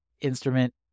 instrument